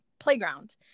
Playground